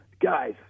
guys